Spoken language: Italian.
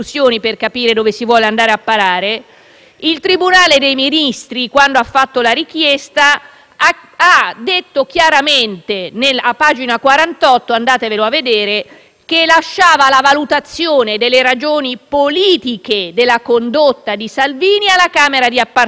ha detto chiaramente a pagina 48 (andatevelo a vedere) che lasciava la valutazione delle ragioni politiche della condotta di Salvini alla Camera di appartenenza e, quindi, anche la valutazione della sussistenza di un preminente interesse pubblico.